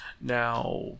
Now